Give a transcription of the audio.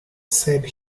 said